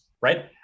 right